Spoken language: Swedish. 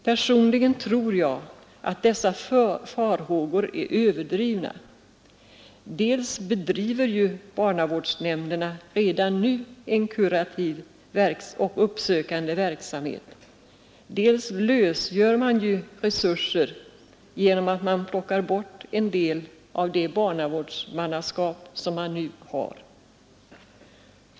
Personligen tror jag att dessa farhågor är överdrivna. Dels bedriver ju barnavårdsnämnderna redan nu en kurativ och uppsökande verksamhet. Dels lösgör man ju resurser genom att man plockar bort en del av nuvarande barnavårdsmannaskap.